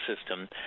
system